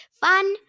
Fun